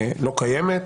קיימת,